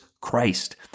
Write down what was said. Christ